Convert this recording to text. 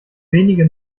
wenige